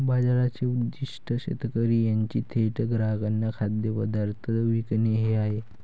बाजाराचे उद्दीष्ट शेतकरी यांनी थेट ग्राहकांना खाद्यपदार्थ विकणे हे आहे